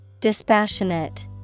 Dispassionate